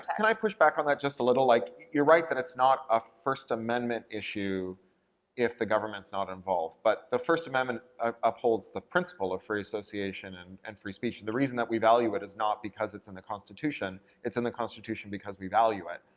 can i push back on that just a little? like you're right that it's not a first amendment issue if the government's not involved, but the first amendment upholds the principle of free association and and free speech. the reason that we value it is not because it's in the constitution, it's in the constitution because we value it,